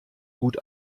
gut